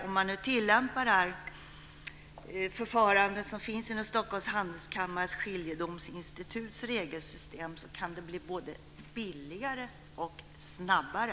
Om man nu tillämpar det förfarande som finns inom Stockholms Handelskammares skiljedomsinstituts regelsystem kan det bli både billigare och snabbare.